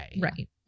right